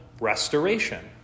Restoration